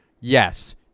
Yes